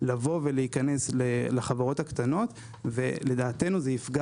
להיכנס לחברות הקטנות ולדעתנו זה יפגע